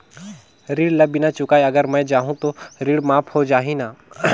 ऋण ला बिना चुकाय अगर मै जाहूं तो ऋण माफ हो जाही न?